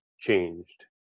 changed